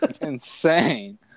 Insane